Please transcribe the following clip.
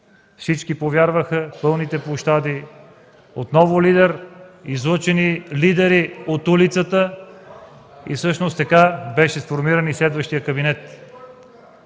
Всички повярваха, пълни площади, отново излъчени лидери от улицата и всъщност така беше сформиран и следващия кабинет.